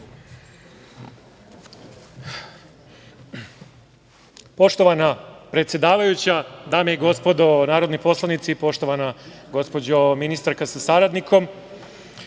Poštovana predsedavajuća, dame i gospodo narodni poslanici, poštovana gospođo ministarka sa saradnikom,